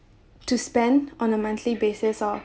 to spend on a monthly basis or